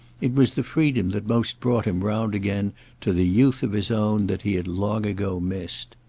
it was the freedom that most brought him round again to the youth of his own that he had long ago missed.